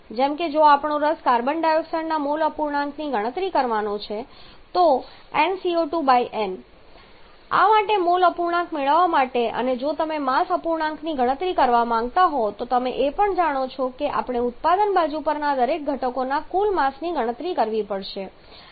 જેમ કે જો આપણો રસ કાર્બન ડાયોક્સાઇડના મોલ અપૂર્ણાંકની ગણતરી કરવાનો છે તો તમે સરળતાથી તેની ગણતરી કરી શકો છો nCO2n આ માટે મોલ અપૂર્ણાંક મેળવવા માટે અને જો તમે માસ અપૂર્ણાંકની ગણતરી કરવા માંગતા હોવ તો તમે એ પણ જાણો છો કે આપણે ઉત્પાદન બાજુ પરના દરેક ઘટકોના કુલ માસની ગણતરી કરવી પડશે